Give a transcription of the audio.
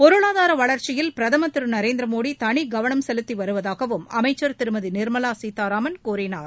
பொருளாதார வளர்ச்சியில் பிரதமர் திரு நரேந்திர மோடி தனி கவனம் செலுத்தி வருவதாகவும் அமைச்சர் திருமதி நிர்மலா சீதாராமன் கூறினார்